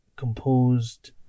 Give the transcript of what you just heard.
composed